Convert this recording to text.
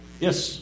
Yes